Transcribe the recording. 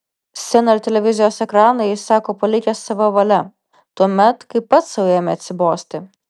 sceną ir televizijos ekraną jis sako palikęs sava valia tuomet kai pats sau ėmė atsibosti